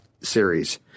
series